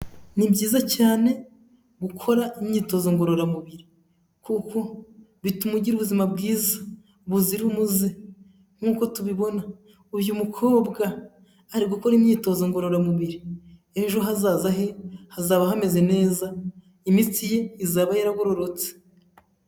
Ni byiza cyane gukora imyitozo ngororamubiri kuko bitumagira ubuzima bwiza buzira umuze nkuko tubibona uyu mukobwa ari gukora imyitozo ngororamubiri ejo hazaza he hazaba hameze neza imitsi ye izaba yaragororotse.